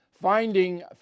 Finding